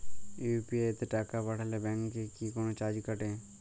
UPI তে টাকা পাঠালে ব্যাংক কি কোনো চার্জ কাটে?